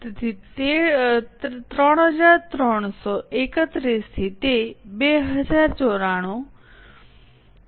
તેથી 3331 થી તે 2094 બને છે